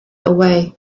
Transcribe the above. away